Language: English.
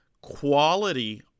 Quality